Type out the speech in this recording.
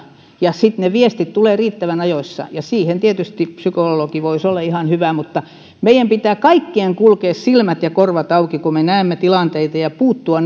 ja että sitten ne viestit tulevat riittävän ajoissa ja siihen tietysti psykologi voisi olla ihan hyvä mutta meidän pitää kaikkien kulkea silmät ja korvat auki kun me näemme tilanteita ja puuttua